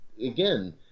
again